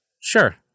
Sure